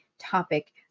topic